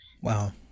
Wow